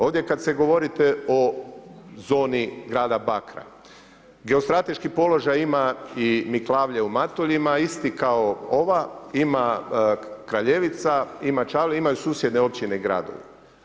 Ovdje kad govorite o zoni grada Bakra, geostrateški položaj ima i Miklavlje u Matuljima isto kao ova, ima Kraljevica, ima Čavle, imaju susjedne općine i gradovi.